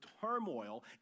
turmoil